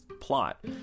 plot